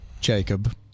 Jacob